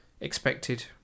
expected